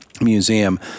Museum